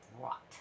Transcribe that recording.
rot